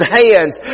hands